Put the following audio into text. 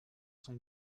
son